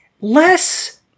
less